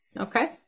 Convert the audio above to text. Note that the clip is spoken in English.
okay